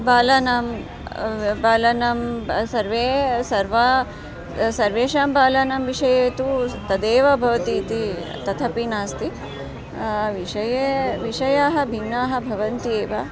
बालानां बालानां सर्वे सर्वा सर्वेषां बालानां विषये तु तदेव भवति इति तदपि नास्ति विषये विषयाः भिन्नाः भवन्ति एव